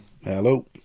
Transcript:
Hello